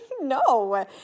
no